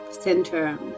center